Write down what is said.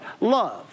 Love